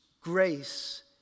Grace